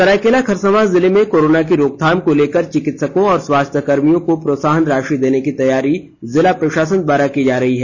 सरायकेला खरसावां जिले में कोरोना की रोकथाम को लेकर चिकित्सकों और स्वास्थ्य कर्मियों को प्रोत्साहन राशि देने की तैयारी जिला प्रशासन द्वारा की जा रही है